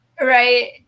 Right